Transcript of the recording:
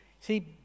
See